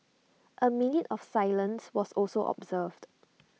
A minute of silence was also observed